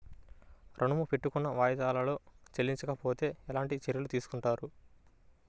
ఋణము పెట్టుకున్న వాయిదాలలో చెల్లించకపోతే ఎలాంటి చర్యలు తీసుకుంటారు?